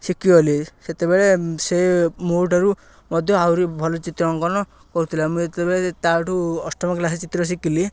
ଶିଖିଗଲି ସେତେବେଳେ ସେ ମୋ ଠାରୁ ମଧ୍ୟ ଆହୁରି ଭଲ ଚିତ୍ର ଅଙ୍କନ କରୁଥିଲା ମୁଁ ଯେତେବେଳେ ତା'ଠୁ ଅଷ୍ଟମ କ୍ଲାସ ଚିତ୍ର ଶିଖିଲି